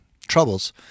troubles